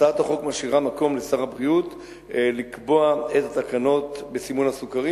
הצעת החוק משאירה מקום לשר הבריאות לקבוע את התקנות בסימון הסוכרים,